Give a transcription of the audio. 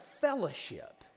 fellowship